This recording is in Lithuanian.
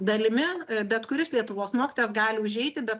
dalimi bet kuris lietuvos mokytojas gali užeiti be